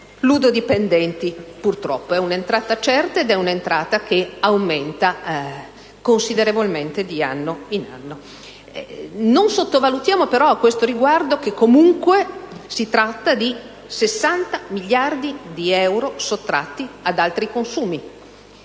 ludodipendenti. Si tratta di un'entrata certa, che aumenta considerevolmente di anno in anno. Non sottovalutiamo però a questo riguardo che comunque si tratta di 60 miliardi di euro sottratti ad altri consumi.